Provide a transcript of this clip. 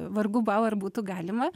vargu ar būtų galima